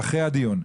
אחרי הדיון.